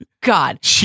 God